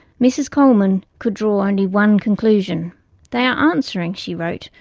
mrs coleman could draw only one conclusion they are answering she wrote,